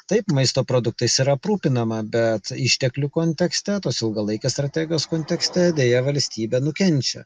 taip maisto produktais ir aprūpinama bet išteklių kontekste tos ilgalaikės strategijos kontekste deja valstybė nukenčia